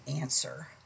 answer